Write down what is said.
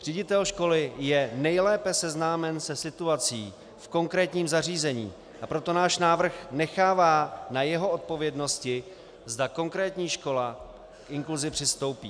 Ředitel školy je nejlépe seznámen se situací v konkrétním zařízení, a proto náš návrh nechává na jeho odpovědnosti, zda konkrétní škola k inkluzi přistoupí.